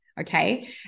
Okay